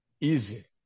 easy